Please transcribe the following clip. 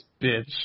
bitch